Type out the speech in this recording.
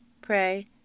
pray